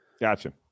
Gotcha